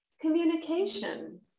communication